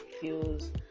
feels